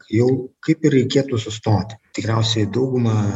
jau kaip ir reikėtų sustoti tikriausiai dauguma